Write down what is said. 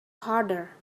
harder